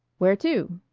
where to?